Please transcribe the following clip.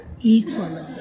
equally